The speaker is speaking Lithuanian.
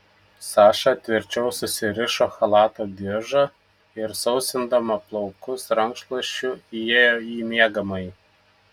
saša tvirčiau susirišo chalato diržą ir sausindama plaukus rankšluosčiu įėjo į miegamąjį